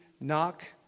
knock